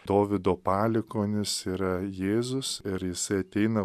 dovydo palikuonis yra jėzus ir jisai ateina